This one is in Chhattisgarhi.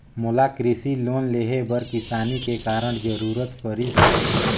मोला कृसि लोन लेहे बर किसानी के कारण जरूरत परिस हे